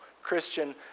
Christian